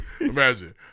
Imagine